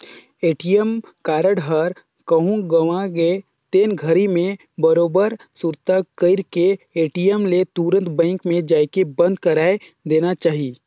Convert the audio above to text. ATM card ह कहूँ गवा गे तेन घरी मे बरोबर सुरता कइर के ए.टी.एम ले तुंरत बेंक मे जायके बंद करवाये देना चाही